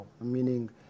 meaning